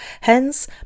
Hence